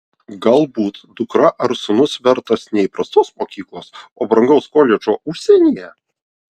galbūt dukra ar sūnus vertas ne įprastos mokyklos o brangaus koledžo užsienyje